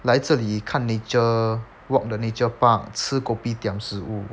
来这里看 nature walk the nature park 吃 kopitiam 食物